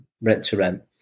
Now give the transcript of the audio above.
rent-to-rent